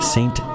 Saint